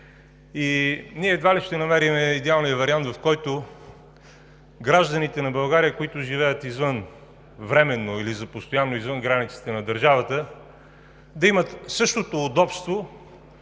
и едва ли ние ще намерим идеалния вариант, в който гражданите на България, които живеят временно или за постоянно извън границите на държавата да имат същото удобство